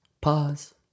Pause